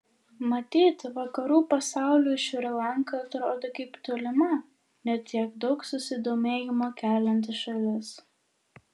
matyt vakarų pasauliui šri lanka atrodo kaip tolima ne tiek daug susidomėjimo kelianti šalis